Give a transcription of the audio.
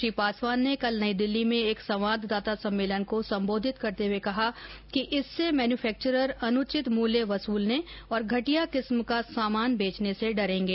श्री पासवान ने कल नई दिल्ली में एक संवाददाता सम्मेलन को संबोधित करते हुए कहा कि इससे मैनुफक्चरर अनुचित मूल्य वसूलने और घटिया किस्म का सामान बेचने से डरेंगे